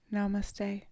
Namaste